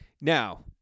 Now